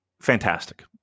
fantastic